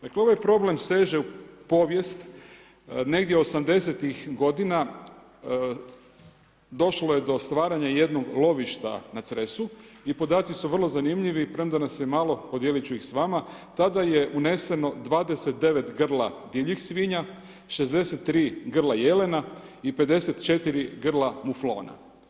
Dakle, ovaj problem seže u povijest, negdje 80-tih godina došlo je do stvaranja jednog lovišta na Cresu i podaci su vrlo zanimljivi, premda nas je malo, podijeliti ću ih s vama, tada je uneseno 29 grla divljih svinja, 63 grla jelena i 54 grla muflona.